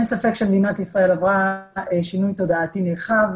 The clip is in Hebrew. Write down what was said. אין ספק שמדינת ישראל עברה שינוי תודעתי נרחב